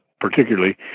particularly